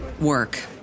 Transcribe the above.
work